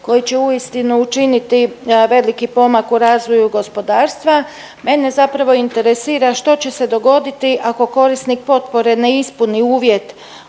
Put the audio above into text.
koji će uistinu učiniti veliki pomak u razvoju gospodarstva. Mene zapravo interesira što će se dogoditi ako korisnik potpore ne ispuni uvjet